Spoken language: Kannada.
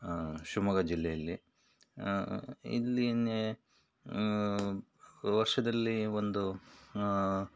ಶಿವಮೊಗ್ಗ ಜಿಲ್ಲೆಯಲ್ಲಿ ಇಲ್ಲಿ ನೆ ವರ್ಷದಲ್ಲಿ ಒಂದು